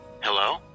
Hello